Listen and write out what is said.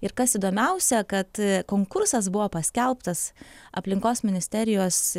ir kas įdomiausia kad konkursas buvo paskelbtas aplinkos ministerijos